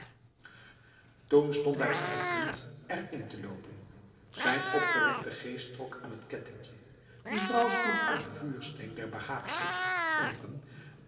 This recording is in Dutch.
toen stond hij op het punt erin te lopen zijn opgewekte geest trok aan het kettinkje die vrouw sloeg uit de vuursteen der behaagzucht vonken